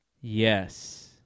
Yes